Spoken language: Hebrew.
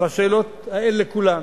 בשאלות האלה כולן.